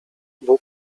bóg